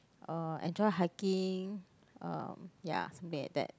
uh enjoy hiking um ya something like that